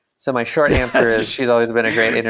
so my short answer is she's always been a